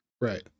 Right